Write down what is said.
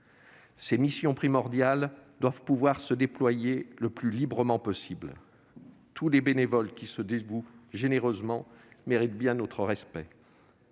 Ces missions primordiales doivent pouvoir se déployer le plus librement possible. Tous les bénévoles qui se dévouent généreusement méritent bien notre respect.